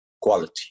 quality